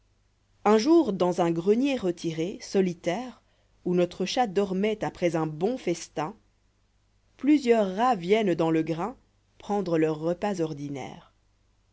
un jour dar is un grenier retiré solitaire dû notre cha t dormoit après un bon festin plusieu rs rats viennent dans le grain prendre leur repas ordinaire